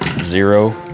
zero